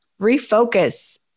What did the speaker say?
refocus